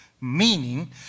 Meaning